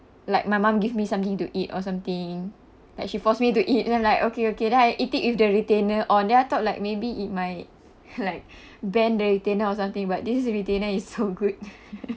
like my mum give me something to eat or something like she forced me to eat then I'm like okay okay then I eat it with the retainer on then I thought like maybe it might like bend the retainer or something but this is a retainer is so good